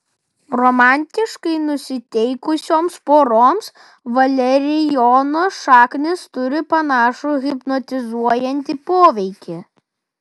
romantiškai nusiteikusioms poroms valerijono šaknis turi panašų hipnotizuojantį poveikį